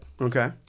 Okay